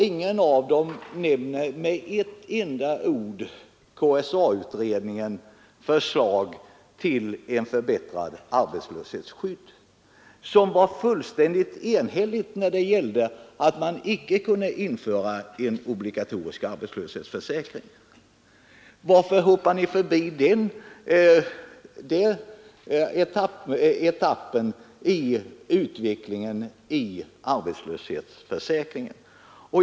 Ingen av dem nämner med ett enda ord KSA-utredningens förslag till ett förbättrat arbetslöshetsskydd. Det förslaget var fullständigt enhälligt när det gällde ståndpunkten att en obligatorisk arbetslöshetsförsäkring inte kunde införas. Varför hoppar ni över den etappen i utvecklingen av frågan om arbetslöshetsförsäkringen?